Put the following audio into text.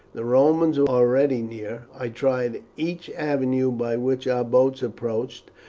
the romans were already near. i tried each avenue by which our boats approached,